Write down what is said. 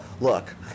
look